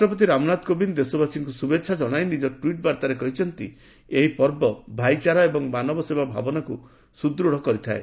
ରାଷ୍ଟପତି ରାମନାଥ କୋବିନ୍ଦ ଦେଶବାସୀଙ୍କୁ ଶୁଭେଚ୍ଛା ଜଣାଇ ନିଜ ଟ୍ସିଟ୍ ବାର୍ତ୍ତାରେ କହିଛନ୍ତି ଏହି ପର୍ବ ଭାଇଚାରା ଏବଂ ମାନବ ସେବା ଭାବନାକୁ ସୁଦୂଢ଼ କରିଥାଏ